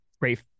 great